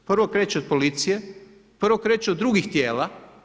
Prvo kreće od policije, prvo kreće od drugih tijela.